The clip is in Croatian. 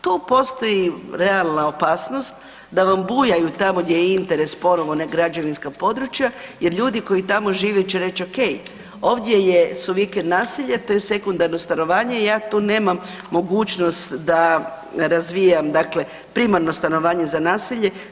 Tu postoji realna opasnost da vam bujaju tamo gdje je interes ponovno ona građevinska područja jer ljudi koji tamo žive će reć okej, ovdje su vikend naselja, to je sekundarno stanovanje i ja tu nemam mogućnost da razvijam, dakle primarno stanovanje za naselje.